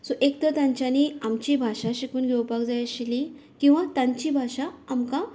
so एक तर तांच्यानी आमची भाशा शिकून घेवपाक जाय आशिल्ली किंवां तांची भाशा आमकां